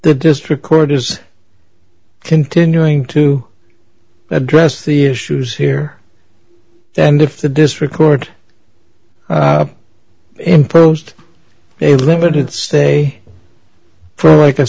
the district court is continuing to address the issues here and if the district court imposed a limited stay for like a